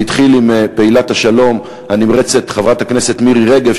זה התחיל עם פעילת השלום הנמרצת חברת הכנסת מירי רגב,